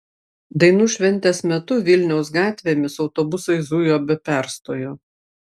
dainų šventės metu vilniaus gatvėmis autobusai zujo be perstojo